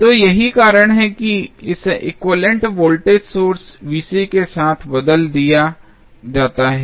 तो यही कारण है कि इसे एक्विवैलेन्ट वोल्टेज सोर्स के साथ बदल दिया जाता है